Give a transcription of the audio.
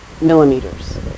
millimeters